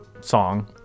song